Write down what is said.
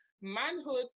manhood